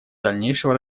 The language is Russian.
дальнейшего